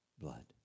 blood